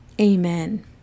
Amen